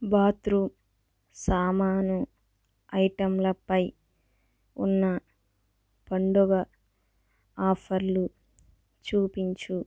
bathroom సామాను ఐటెంలపై ఉన్న పండుగ ఆఫర్లు చూపించు